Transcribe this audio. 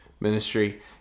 ministry